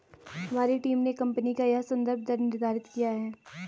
हमारी टीम ने कंपनी का यह संदर्भ दर निर्धारित किया है